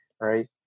right